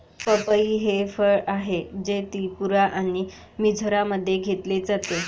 पपई हे फळ आहे, जे त्रिपुरा आणि मिझोराममध्ये घेतले जाते